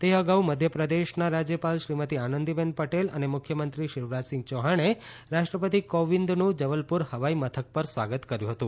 તે અગાઉ મધ્યપ્રદેશના રાજ્યપાલ શ્રીમતી આનંદીબેન પટેલ અને મુખ્યમંત્રી શિવરાજસિંહ ચૌહાણએ રાષ્ટ્રપતિ કોવિંદનું જબલપુર હવાઈ મથક પર સ્વાગત કર્યું હતું